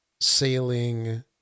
sailing